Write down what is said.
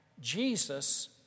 Jesus